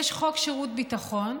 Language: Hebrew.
יש חוק שירות ביטחון,